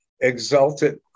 exalted